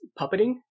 puppeting